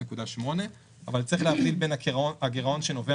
6.8% אבל צריך להבדיל בין הגירעון שנובע